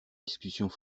discussions